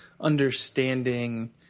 understanding